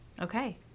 Okay